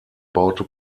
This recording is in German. baute